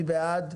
ו-(7)".